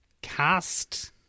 Cast